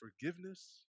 forgiveness